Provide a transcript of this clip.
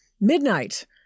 Midnight